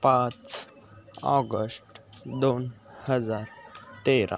पाच ऑगष्ट दोन हजार तेरा